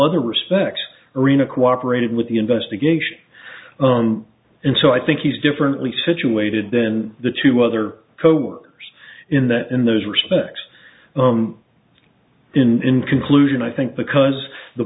other respects arena cooperated with the investigation and so i think he's differently situated then the two other coworkers in that in those respects in conclusion i think because the